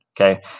okay